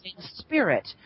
spirit